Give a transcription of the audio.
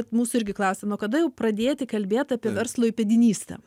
mūsų irgi klausia nuo kada jau pradėti kalbėt apie verslo įpėdinystę